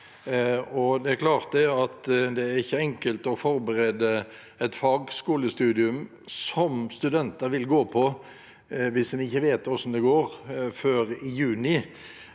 det er klart at det ikke er enkelt å forberede et fagskolestudium som studenter vil gå på, hvis en ikke vet hvordan det går før i juni.